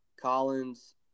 Collins